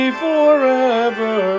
forever